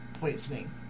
poisoning